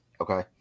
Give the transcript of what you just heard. Okay